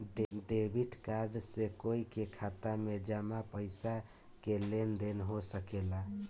debit card से कोई के खाता में जामा पइसा के लेन देन हो सकेला